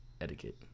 etiquette